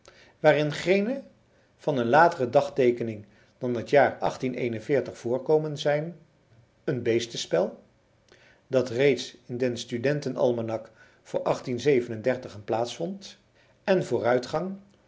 waarin geene van een latere dagteekening dan het jaar voorkomen zijn een beestenspel dat reeds in den studenten-almanak voor plaats vond en vooruitgang